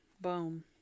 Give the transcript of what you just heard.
boom